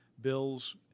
bills